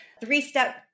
three-step